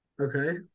Okay